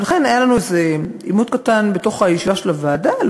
ולכן היה לנו עימות קטן בישיבת הוועדה,